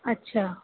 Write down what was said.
अच्छा